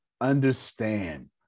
Understand